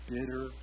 Bitter